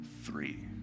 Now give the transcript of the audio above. Three